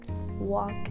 walk